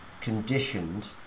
conditioned